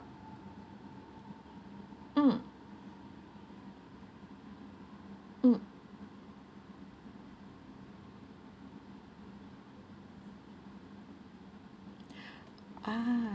mm mm ah